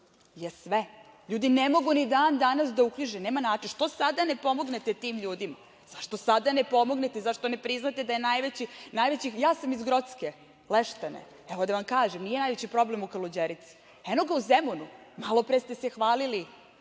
je sve. Ljudi ne mogu ni dan danas da uknjiže, nema način. Što sada ne pomognete tim ljudima? Zašto sada ne pomognete, zašto ne priznate da je najveći… Ja sam iz Grocke, Leštane. Evo, da vam kažem, nije najveći problem u Kaluđerici, eno ga Zemunu. Malopre ste se hvalili